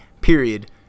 period